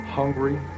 hungry